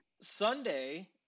Sunday